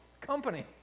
company